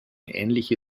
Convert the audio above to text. ähnliche